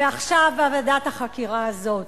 ועכשיו ועדת החקירה הזאת.